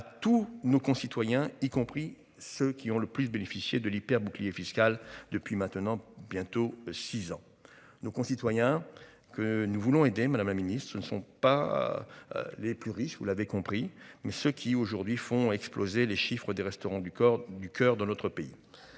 à tous nos concitoyens y compris ceux qui ont le plus bénéficié de l'hyper bouclier fiscal depuis maintenant bientôt 6 ans, nos concitoyens que nous voulons aider Madame la Ministre, ce ne sont pas. Les plus riches, vous l'avez compris mais ceux qui aujourd'hui font exploser les chiffres des restaurants du corps du coeur de notre pays.